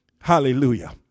Hallelujah